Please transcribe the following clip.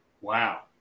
Wow